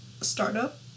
startup